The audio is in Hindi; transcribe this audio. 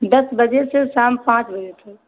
दस बजे से शाम पाँच बजे तक